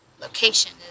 location